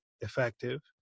effective